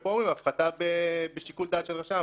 ופה אומרים הפחתה בשיקול דעת של רשם,